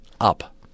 up